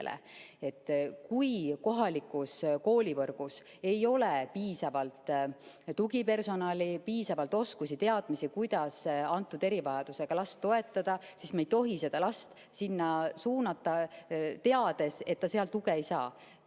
Kui kohalikus koolivõrgus ei ole piisavalt tugipersonali, piisavalt oskusi-teadmisi, kuidas [konkreetset] erivajadusega last toetada, siis me ei tohi seda last sinna suunata, teades, et ta seal tuge ei saa.